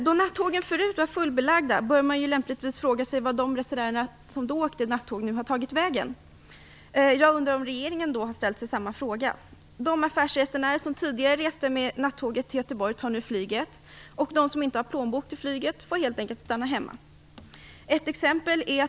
Då nattågen förut var fullbelagda bör man lämpligtvis fråga sig var de resenärer som då åkte nattåg nu har tagit vägen. Jag undrar om regeringen har ställt sig den frågan. De affärsresenärer som tidigare reste med nattåget till Göteborg tar nu flyget, och de som inte har plånbok för att betala flyget får helt enkelt stanna hemma.